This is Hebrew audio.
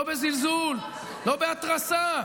לא בזלזול, לא בהתרסה,